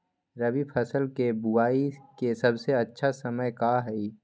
रबी फसल के बुआई के सबसे अच्छा समय का हई?